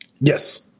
Yes